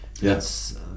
Yes